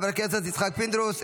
חבר הכנסת יצחק פינדרוס,